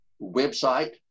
website